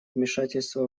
вмешательства